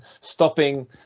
stopping